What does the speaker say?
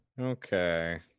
okay